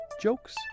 jokes